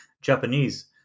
Japanese